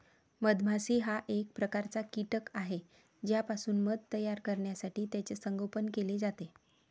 मधमाशी हा एक प्रकारचा कीटक आहे ज्यापासून मध तयार करण्यासाठी त्याचे संगोपन केले जाते